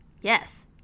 Yes